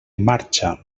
marxa